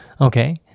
Okay